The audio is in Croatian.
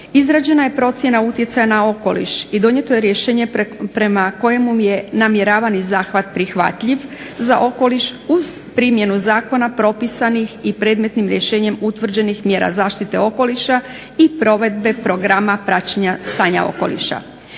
Izrađena je procjena utjecaja na okoliš i donijeto je rješenje prema kojemu je namjeravani zahvat prihvatljiv za okoliš uz primjenu zakona propisanih i predmetnim rješenjem utvrđenih mjera zaštite okoliša i provedbe programa praćenja stanja okoliša.